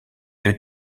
deux